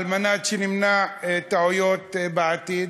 על מנת שנמנע טעויות בעתיד.